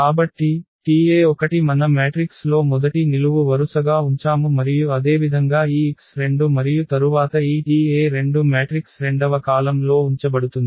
కాబట్టి Te1 మన matrix లో మొదటి నిలువు వరుసగా ఉంచాము మరియు అదేవిధంగా ఈ x2 మరియు తరువాత ఈ Te2 మ్యాట్రిక్స్ రెండవ కాలమ్లో ఉంచబడుతుంది